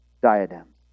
diadems